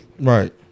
Right